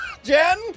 Jen